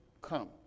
come